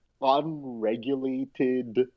unregulated